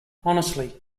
honestly